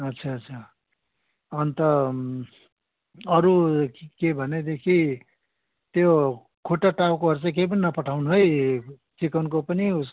अच्छा अच्छा अन्त अरू के भनेदेखि त्यो खुट्टा टाउकोहरू चाहिँ केही पनि नपठाउनु है चिकनको पनि उस